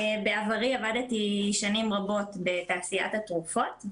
בעברי עבדתי שנים רבות בתעשיית התרופות.